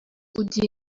ugira